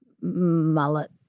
mullet